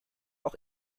auch